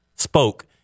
Spoke